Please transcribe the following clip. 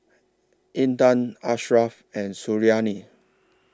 Intan Ashraf and Suriani